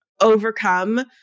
overcome